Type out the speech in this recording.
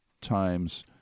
times